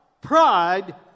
Pride